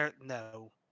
No